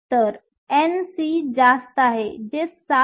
तर Nc जास्त आहे जे 7